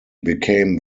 became